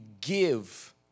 give